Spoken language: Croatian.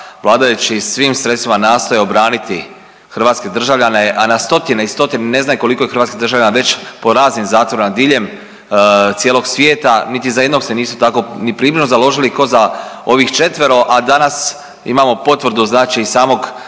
vladajući svim sredstvima nastoje obraniti hrvatske državljane, a na stotine i stotine ne znaju koliko je hrvatskih državljana već po raznim zatvorima diljem cijelog svijeta, niti za jednog se nisu tako ni približno založili ko za ovih četvero. A danas imamo potvrdu samog